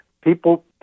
People